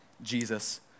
Jesus